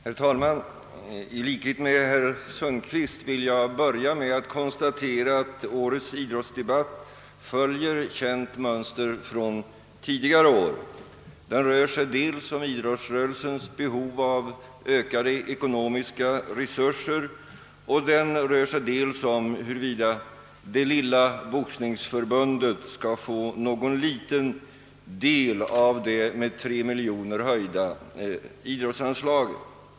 Herr talman! I likhet med herr Sundkvist vill jag börja med att konstatera att årets idrottsdebatt följer känt mönster från tidigare år. Den rör sig dels om idrottsrörelsens behov av ökade ekonomiska resurser och dels om huruvida det lilla boxningsförbundet skall få någon liten del av det med 3 miljoner kronor höjda idrottsanslaget.